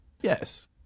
yes